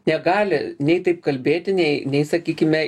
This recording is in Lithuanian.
negali nei taip kalbėti nei nei sakykime